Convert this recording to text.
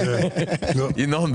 ינון,